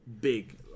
big